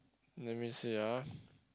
let me see ah